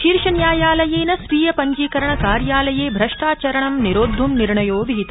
शीर्षन्यायालयेन स्वीय पञ्जीकरण कार्यालये भ्रष्टाचरणं निरोदधं निर्णयो विहित